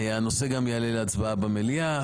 הנושא גם יעלה להצבעה במליאה.